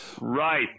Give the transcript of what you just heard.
Right